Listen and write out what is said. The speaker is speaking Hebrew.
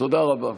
תודה רבה.